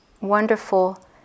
wonderful